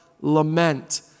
lament